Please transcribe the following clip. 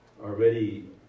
Already